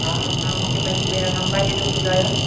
हा तव्हां मूंखे पंहिंजी लंबाई जो ॿुधायो